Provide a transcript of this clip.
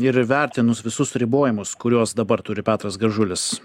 ir įvertinus visus ribojimus kuriuos dabar turi petras gražulis